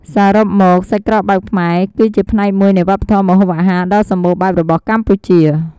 សរុបមក សាច់ក្រកបែបខ្មែរ គឺជាផ្នែកមួយនៃវប្បធម៌ម្ហូបអាហារដ៏សម្បូរបែបរបស់កម្ពុជា។